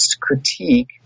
critique